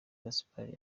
gaspard